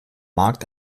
markt